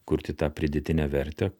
kurti tą pridėtinę vertę